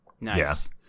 Nice